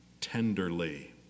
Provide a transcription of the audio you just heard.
tenderly